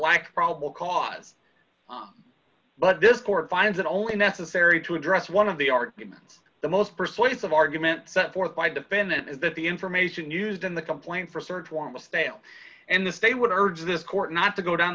like probable cause but this court finds it only necessary to address one of the arguments the most persuasive argument set forth by defendant is that the information used in the complaint for a search warrant was stale and the state would urge this court not to go